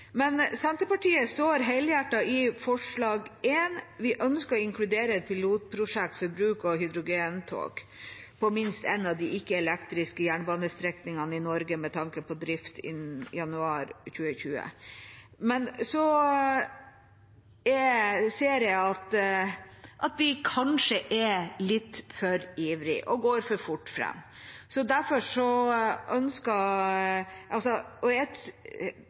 Men Senterpartiet står helhjertet i forslag nr. 1. Vi ønsker å inkludere et pilotprosjekt for bruk av hydrogentog på minst én av de ikke-elektriske jernbanestrekningene i Norge – med tanke på drift innen januar 2020. Men jeg ser at vi kanskje er litt for ivrige og går for fort fram. Jeg ble glad for å høre representanten Jegstads signal om at de ønsker